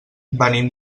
venim